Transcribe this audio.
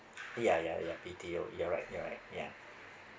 ya ya ya B T O you're right you're right ya